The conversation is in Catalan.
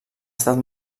estat